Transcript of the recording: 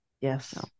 Yes